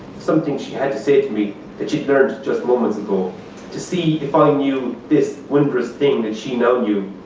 something she had to say to me that she'd learned just moments ago to see if i knew this wondrous thing that she know knew.